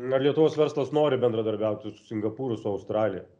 ar lietuvos verslas nori bendradarbiauti su singapūru su australija